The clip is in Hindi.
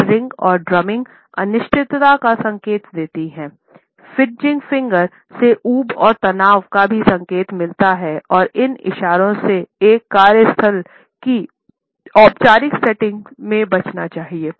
फ्लटरिंग से ऊब और तनाव का भी संकेत मिलता है और इन इशारों से एक कार्यस्थल की औपचारिक सेटिंग में बचना चाहिए